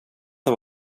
har